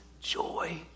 joy